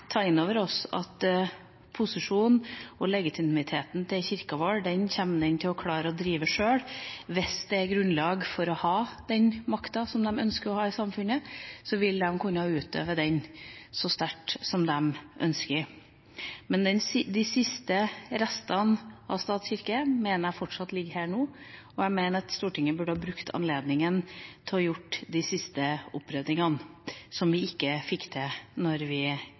ta inn over oss at posisjonen og legitimiteten til Kirka vår kommer Kirka til å klare å drive sjøl. Hvis det er grunnlag for å ha den makta som den ønsker å ha i samfunnet, vil den kunne utøve den så sterkt som de ønsker. Men de siste restene av stat/kirke mener jeg fortsatt ligger her nå, og jeg mener at Stortinget burde brukt anledninga til å gjøre de siste oppryddingene som vi ikke fikk til da vi